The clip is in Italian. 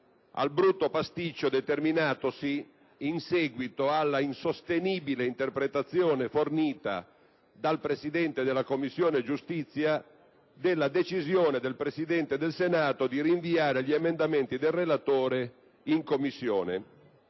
al brutto pasticcio determinatosi in seguito alla insostenibile interpretazione fornita dal Presidente della Commissione giustizia della decisione del Presidente del Senato di rinviare gli emendamenti del relatore in Commissione.